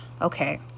Okay